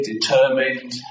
determined